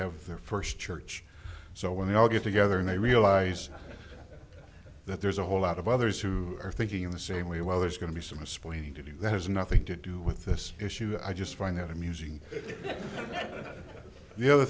have their first church so when they all get together and they realize that there's a whole lot of others who are thinking in the same way well there's going to be some aspiring to do that has nothing to do with this issue i just find it amusing that the other